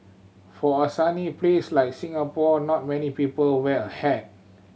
for a sunny place like Singapore not many people wear a hat